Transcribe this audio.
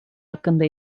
hakkında